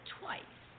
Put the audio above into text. Twice